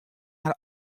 har